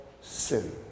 sin